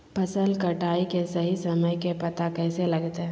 फसल कटाई के सही समय के पता कैसे लगते?